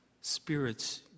spirit's